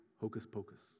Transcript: hocus-pocus